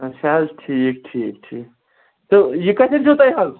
اَچھا حظ ٹھیٖک ٹھیٖک ٹھیٖک تہٕ یہِ کَتٮ۪ن چھُو تُہۍ حظ